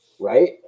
Right